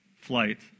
flight